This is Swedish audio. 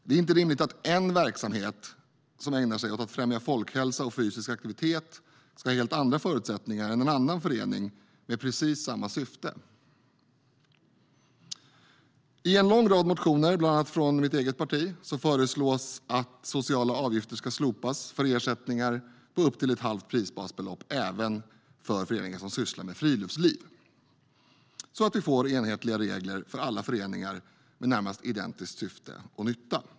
Det är inte rimligt att en verksamhet som ägnar sig åt att främja folkhälsa och fysisk aktivitet ska ha helt andra förutsättningar än en annan förening med precis samma syfte. I en lång rad motioner, bland annat från mitt eget parti, föreslås att sociala avgifter ska slopas för ersättningar upp till ett halvt prisbasbelopp även för föreningar som sysslar med friluftsliv, så att vi får enhetliga regler för alla föreningar med närmast identiskt syfte och nytta.